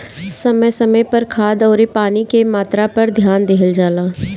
समय समय पर खाद अउरी पानी के मात्रा पर ध्यान देहल जला